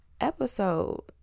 episode